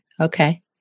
okay